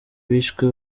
bishwe